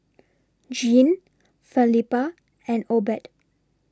Gene Felipa and Obed